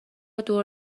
دور